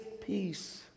peace